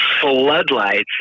Floodlights